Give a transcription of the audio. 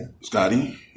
Scotty